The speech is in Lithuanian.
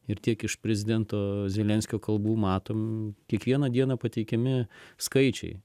ir tiek iš prezidento zelenskio kalbų matom kiekvieną dieną pateikiami skaičiai